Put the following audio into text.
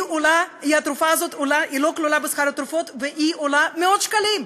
התרופה הזאת לא כלולה בסל התרופות והיא עולה מאות שקלים.